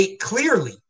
clearly